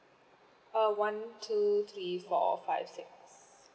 uh one two three four five six